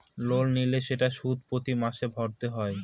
loan নিলে সেটার সুদ প্রতি মাসে ভরতে হয়